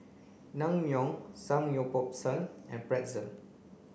Naengmyeon Samgeyopsal and Pretzel